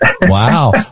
Wow